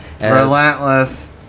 Relentless